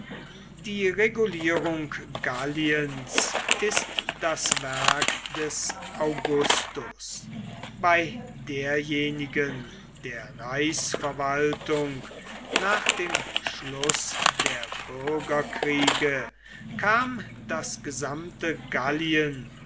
die regulierung galliens ist das werk des augustus bei derjenigen der reichsverwaltung nach dem schluß der bürgerkriege kam das gesamte gallien